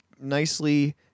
nicely